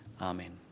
amen